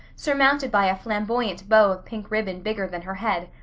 surmounted by a flamboyant bow of pink ribbon bigger than her head.